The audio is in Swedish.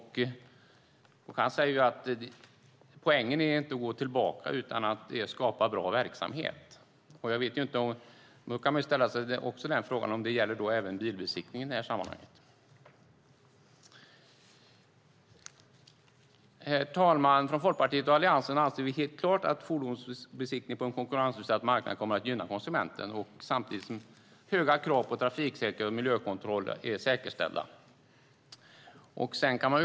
Han säger att poängen inte är att gå tillbaka utan att skapa bra verksamhet. Då kan man fråga sig om det gäller även bilbesiktningen. Herr talman! Från Folkpartiet och Alliansen anser vi helt klart att fordonsbesiktning på en konkurrensutsatt marknad kommer att gynna konsumenten, samtidigt som höga krav på trafiksäkerhet och miljökontroll är säkerställda.